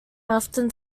afton